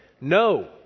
no